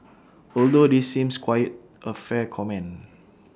although this seems quite A fair comment